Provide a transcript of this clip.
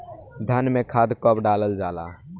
धान में खाद कब डालल जाला?